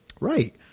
Right